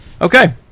Okay